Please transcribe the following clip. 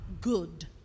Good